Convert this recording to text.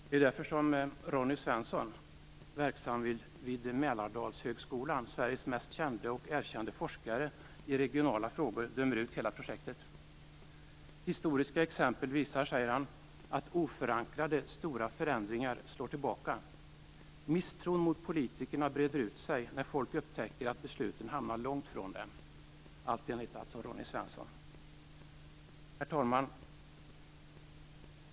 Det är därför Ronny Svensson, Sveriges mest kände och erkände forskare i regionala frågor, verksam vi Mälardalshögskolan, dömer ut hela projektet. Historiska exempel visar, säger han, att oförankrade stora förändringar slår tillbaka. Misstron mot politikerna breder ut sig när folk upptäcker att besluten hamnar långt ifrån dem - allt detta enligt Ronny Svensson. Herr talman!